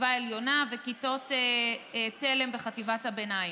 בחטיבה העליונה וכיתות תל"ם בחטיבת הביניים.